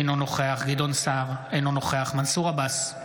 אינו נוכח גדעון סער, אינו נוכח מנסור עבאס,